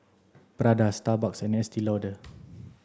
Prada Starbucks and Estee Lauder